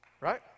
Right